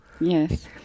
Yes